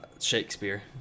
Shakespeare